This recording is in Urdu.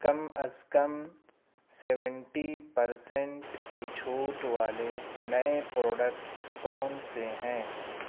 کم از کم سیونٹی پر سینٹ کی چھوٹ والے نئے پروڈکٹس کون سے ہیں